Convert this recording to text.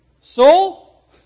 Soul